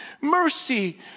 mercy